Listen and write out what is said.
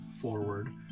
forward